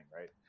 right